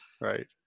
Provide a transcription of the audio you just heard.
Right